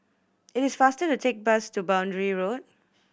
it is faster to take the bus to Boundary Road